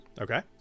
Okay